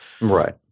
right